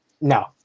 No